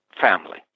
family